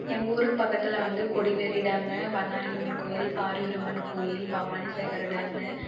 எங்கள் ஊருக்கு பக்கத்தில் வந்து கொடிவேரி டேமு பண்ணாரியம்மன் கோயில் பாரியூர் அம்மன் கோயில் பவானிசாகரு டேமு